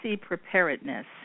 preparedness